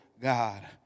God